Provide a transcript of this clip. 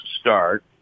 start